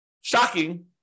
shocking